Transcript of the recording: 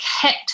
kept